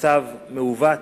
מצב מעוות